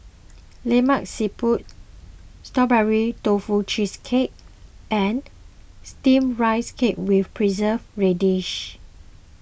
Lemak Siput Strawberry Tofu Cheesecake and Steamed Rice Cake with Preserved Radish